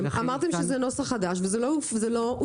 אמרתם שזה נוסח חדש וזה לא פה.